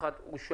אדוני,